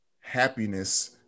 happiness